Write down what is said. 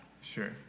Sure